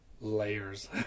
layers